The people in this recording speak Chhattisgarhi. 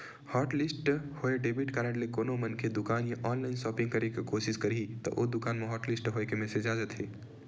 हॉटलिस्ट होए डेबिट कारड ले कोनो मनखे दुकान या ऑनलाईन सॉपिंग करे के कोसिस करही त ओ दुकान म हॉटलिस्ट होए के मेसेज आ जाथे